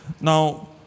Now